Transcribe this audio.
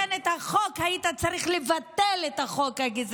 לתקן את החוק, היית צריך לבטל את החוק הגזעני.